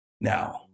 now